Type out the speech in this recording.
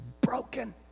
broken